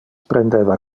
prendeva